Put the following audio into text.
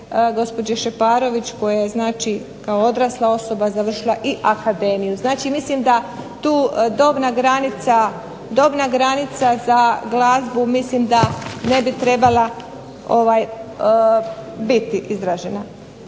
gospođe Šeparović koja je znači kao odrasla osoba završila i akademiju. Znači mislim da tu dobna granica za glazbu mislim da ne bi trebala biti izražena.